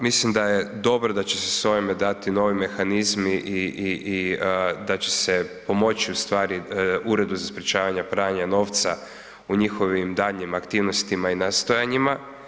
Mislim da je dobro da će se s ovime dati novi mehanizmi i da će se pomoći ustvari Uredu za sprječavanje pranja novca u njihovim daljnjim aktivnosti i nastojanjima.